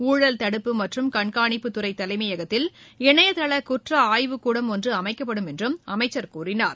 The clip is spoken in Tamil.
ஊழல் தடுப்பு மற்றும் கண்கானிப்புத் துறை தலைமையகத்தில் இணையதள குற்ற ஆய்வுக்கூடம் ஒன்று அமைக்கப்படும் என்றும் அமைச்சர் கூறினார்